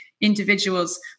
individuals